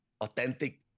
authentic